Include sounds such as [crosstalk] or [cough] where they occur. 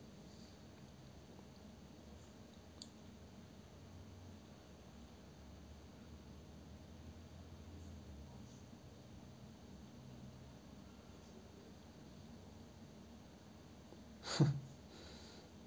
[laughs]